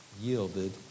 yielded